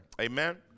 Amen